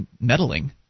meddling